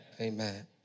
Amen